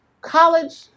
college